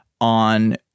on